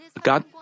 God